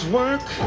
work